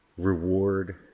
Reward